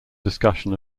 discussion